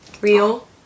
real